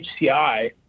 HCI